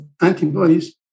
antibodies